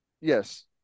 yes